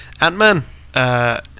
Ant-Man